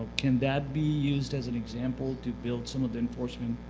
can that be used as an example to build some of the enforcement